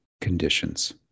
conditions